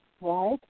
Right